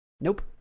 nope